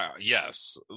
yes